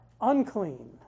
unclean